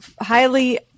Highly